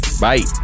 Bye